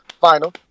final